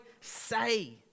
say